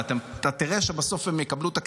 ואתה תראה שבסוף הם יקבלו את הכסף,